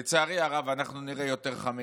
לצערי הרב אנחנו נראה יותר חמץ.